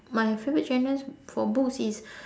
my favourite genres for books is